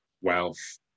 wealth